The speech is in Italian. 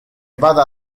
vada